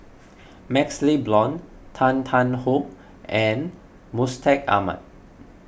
MaxLe Blond Tan Tarn How and Mustaq Ahmad